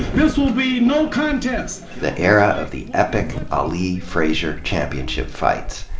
this will be no contest! the era of the epic ali-frazier championship fights.